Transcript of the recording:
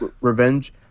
Revenge